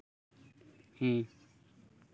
ᱦᱮᱸ